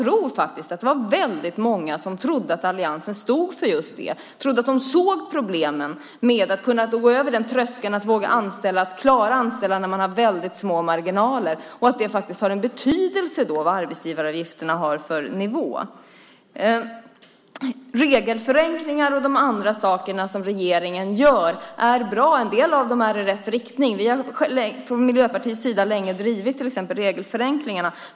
Det var nog väldigt många som trodde att alliansen stod för just det, trodde att de såg problemen med att gå över tröskeln att våga anställa, att klara att anställa när man har väldigt små marginaler, och att det då har en betydelse vilken nivå arbetsgivaravgifterna har. Regelförenklingar och de andra sakerna som regeringen gör är bra. En del av dem är i rätt riktning. Vi har från Miljöpartiets sida länge drivit till exempel regelförenklingarna.